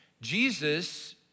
Jesus